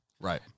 Right